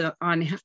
on